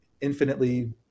infinitely